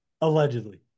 allegedly